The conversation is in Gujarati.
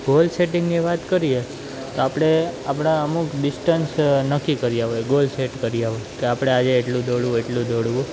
ગોલ સેટિંગની વાત કરીએ તો આપણે આપણા અમુક ડિસ્ટન્સ નક્કી કર્યા હોય ગોલ સેટ કર્યા હોય કે આપણે આજે એટલું દોડવું એટલું દોડવું